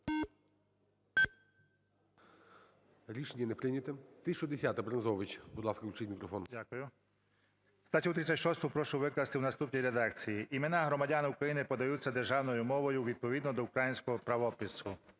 В.І. Дякую. Статтю 36 прошу викласти в наступній редакції: "Імена громадян України подаються державною мовою відповідно до українського правопису.